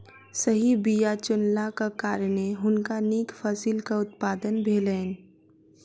सही बीया चुनलाक कारणेँ हुनका नीक फसिलक उत्पादन भेलैन